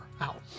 out